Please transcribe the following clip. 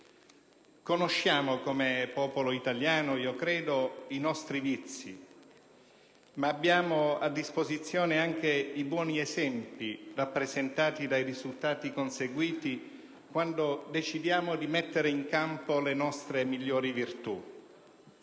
Conosciamo, come popolo italiano, io credo, i nostri vizi, ma abbiamo a disposizione anche i buoni esempi, rappresentati dai risultati conseguiti, quando decidiamo di mettere in campo le nostre migliori virtù.